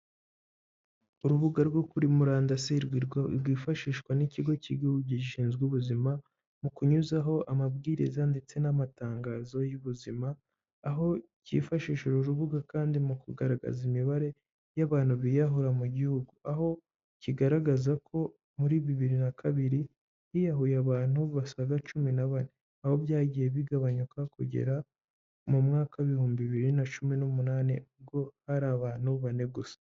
Urubuga rwo kuri murandasi rwifashishwa n'ikigo cy'igihugu gishinzwe ubuzima mu kunyuzaho amabwiriza ndetse n'amatangazo y'ubuzima, aho kifashishije urubuga kandi mu kugaragaza imibare y'abantu biyahura mu gihugu. Aho kigaragaza ko muri bibiri na kabiri, hiyahuye abantu basaga cumi na bane. Aho byagiye bigabanyuka kugera mu mwaka w'ibihumbi bibiri na cumi n'umunani, ubwo ari abantu bane gusa.